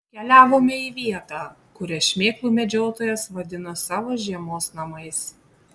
keliavome į vietą kurią šmėklų medžiotojas vadino savo žiemos namais